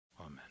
Amen